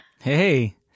Hey